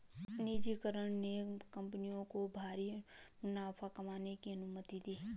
निजीकरण ने कंपनियों को भारी मुनाफा कमाने की अनुमति दी